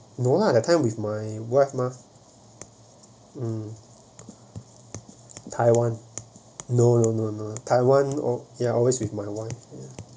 no lah that time with my wife mah uh taiwan no no no taiwan oh ya always with my wife